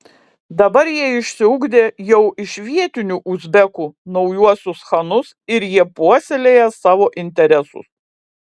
dabar jie išsiugdė jau iš vietinių uzbekų naujuosius chanus ir jie puoselėja savo interesus